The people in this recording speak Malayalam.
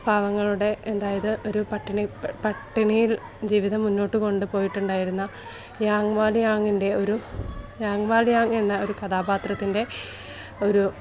പാവങ്ങളുടെ അതായത് ഒരു പട്ടിണി പട്ടിണിയില് ജീവിതം മുന്നോട്ടു കൊണ്ടുപോയിട്ടുണ്ടായിരുന്ന യാങ്ങ് വാലി യാങ്ങിന്റെ ഒരു യാങ്ങ് വാലി യാങ്ങ് എന്ന ഒരു കഥാപാത്രത്തിന്റെ ഒരു